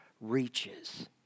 reaches